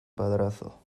padrazo